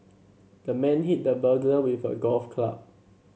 the man hit the burglar with a golf club